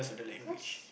because